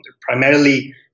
primarily